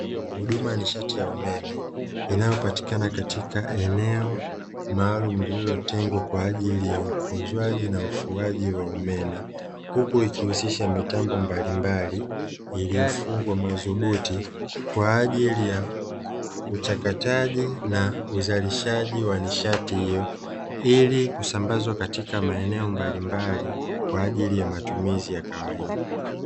Huduma ya nishati ya umeme inayopatikana katika eneo maalumu lililotengwa kwa ajili ya upoozaji na ufuaji wa umeme, huku ikihusisha mitambo mbalimbali iliyofungwa madhubuti kwa ajili ya uchakataji na uzalishaji wa nishati hiyo; ili kusambazwa katika maeneo mbalimbali kwa ajili ya matumizi ya kawaida.